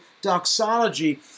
doxology